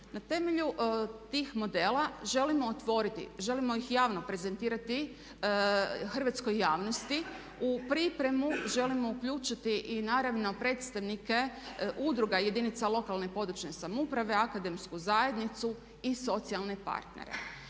Na temelju tih modela želimo otvoriti, želimo ih javno prezentirati hrvatskoj javnosti, u pripremu želim uključiti i naravno predstavnike udruga jedinica lokalne i područne samouprave, akademsku zajednicu i socijalne partnere.